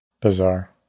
Bizarre